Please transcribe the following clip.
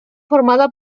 formada